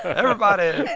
everybody.